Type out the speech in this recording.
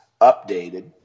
updated